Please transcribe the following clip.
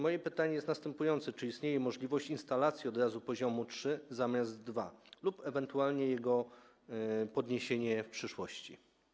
Moje pytanie jest następujące: Czy istnieje możliwość instalacji od razu poziomu 3. zamiast 2. lub ewentualnie jego podniesienie w przyszłości?